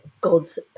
God's